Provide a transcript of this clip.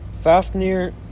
Fafnir